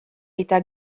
eta